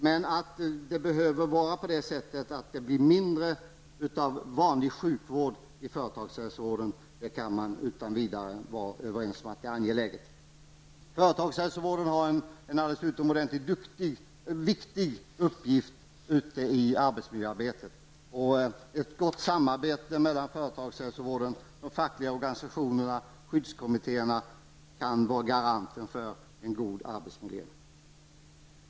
Man kan utan vidare vara överens om att man bör eftersträva att det blir mindre av vanlig sjukvård inom företagshälsovården. Företagshälsovården har en alldeles utomordentligt viktig uppgift i arbetsmiljöarbetet. Ett gott samarbete mellan företagshälsovården och de fackliga organisationerna och skyddskommittéerna kan vara en garant för en god arbetsmiljö.